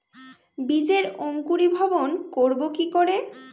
বীজের অঙ্কোরি ভবন করব কিকরে?